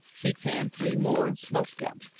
he tanned three more, and smoked them.